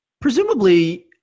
Presumably